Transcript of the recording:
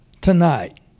Tonight